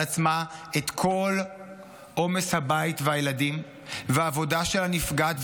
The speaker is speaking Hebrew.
עצמה את כל עומס הבית והילדים והעבודה שלה נפגעת,